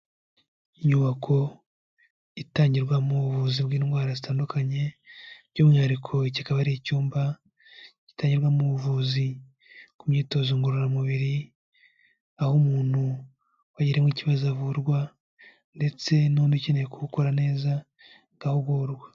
Inyubako itangirwamo ubuvuzi bw'indwara zitandukanye, by'umwihariko kikaba ari icyumba gitangibwamo ubuvuzi ku myitozo ngororamubiri, aho umuntu wayirimo ikibazo avurwa, ndetse n'undi ukeneye kubukora neza gahugurwa.